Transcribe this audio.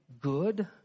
good